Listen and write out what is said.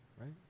right